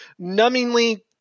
numbingly